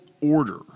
order